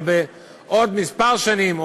אבל בעוד כמה שנים,